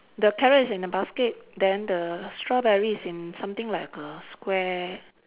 the carrot is in the basket then the strawberry is in something like a square